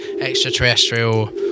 extraterrestrial